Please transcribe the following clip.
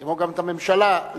כמו גם את הממשלה לדורותיה,